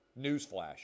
Newsflash